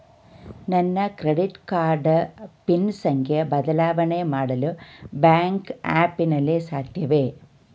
ನನ್ನ credit card PIN ಸಂಖ್ಯೆ ಬದಲಾವಣೆ ಮಾಡಲು ಬ್ಯಾಂಕ್ ಆ್ಯಪ್ ನಲ್ಲಿ ಸಾಧ್ಯವೇ?